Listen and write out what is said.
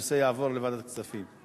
שהנושא יעבור לוועדת הכספים.